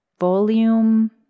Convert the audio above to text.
volume